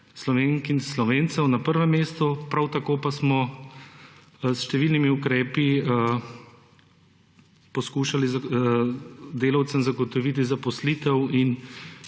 Slovenk in Slovencev na prvem mestu, prav tako pa smo s številnimi ukrepi poskušali delavcem zagotoviti zaposlitev in